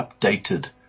updated